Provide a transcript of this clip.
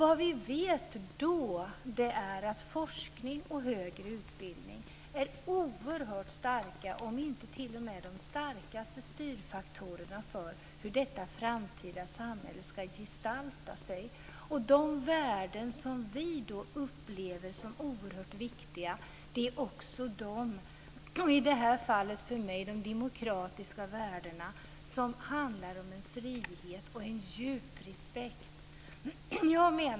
Vad vi vet är att forskning och högre utbildning är oerhört starka styrfaktorer, om inte t.o.m. de starkaste, för hur detta framtida samhälle ska gestalta sig. Det finns värden som vi upplever som oerhört viktiga, i det här fallet för mig de demokratiska värdena som handlar om frihet och djup respekt.